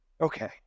okay